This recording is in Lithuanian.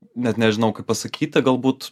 net nežinau kaip pasakyti galbūt